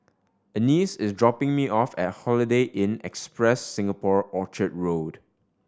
Anice is dropping me off at Holiday Inn Express Singapore Orchard Road